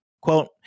quote